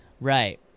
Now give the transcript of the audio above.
Right